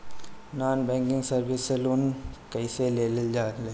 Non banking service से loan कैसे लेल जा ले?